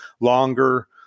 longer